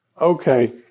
Okay